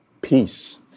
peace